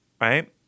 right